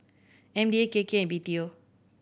M D A K K and B T O